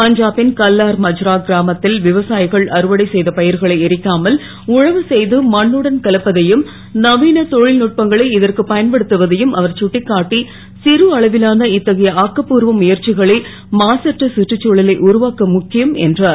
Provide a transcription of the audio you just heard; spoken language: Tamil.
பஞ்சாபின் கல்லார் மஜ்ரா கிராமத் ல் விவசா கள் அறுவடை செ த ப ர்களை எரிக்காமல் உழவு செ து மண்ணுடன் கலப்பதையும் நவீன தொ ல்நுட்பங்களை இதற்கு பயன்படுத்துவதையும் அவர் சுட்டிக்காட்டி சிறு அளவிலான இத்தகைய ஆக்கபூர்வ முயற்சிகளே மாசற்ற சுற்றுச்சூழலை உருவாக்க முக்கியம் என்றார்